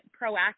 proactive